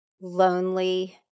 Lonely